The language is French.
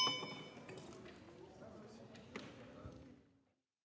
Merci,